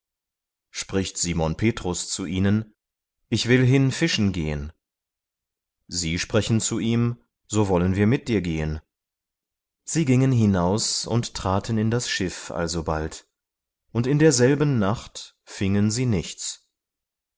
spricht simon petrus zu ihnen ich will hin fischen gehen sie sprechen zu ihm so wollen wir mit dir gehen sie gingen hinaus und traten in das schiff alsobald und in derselben nacht fingen sie nichts